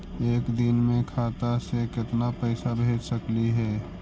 एक दिन में खाता से केतना पैसा भेज सकली हे?